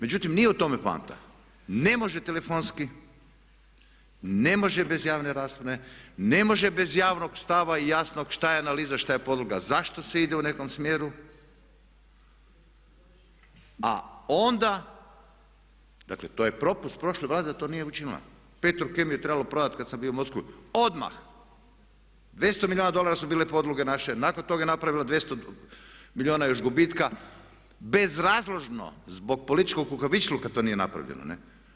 Međutim nije u tome poanta, ne može telefonski, ne može bez javne rasprave, ne može bez javnog stava i jasnog što ja analiza, što je podloga, zašto se ide u nekom smjeru, a onda dakle, to je propust prošle Vlade da to nije učinila, Petrokemiju je trebalo prodati kad sam bio u Moskvi, odmah, 200 milijarda dolara su bile podloge naše, nakon toga je napravila 200 milijuna još gubitka, bezrazložno zbog političkog kukavičluka to nije napravljeno, ne.